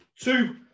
two